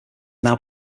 now